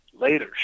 later